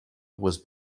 was